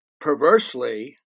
Perversely